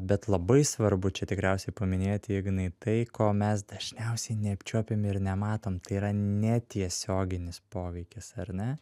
bet labai svarbu čia tikriausiai paminėti ignai tai ko mes dažniausiai neapčiuopiam ir nematom tai yra netiesioginis poveikis ar ne